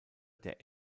der